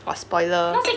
got spoiler